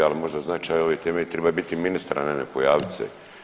Ali možda značaj ove teme trebao je biti ministar, a ne, ne pojaviti se.